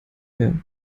her